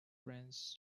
friends